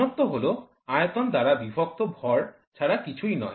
ঘনত্ব হল আয়তন দ্বারা বিভক্ত ভর ছাড়া কিছুই নয়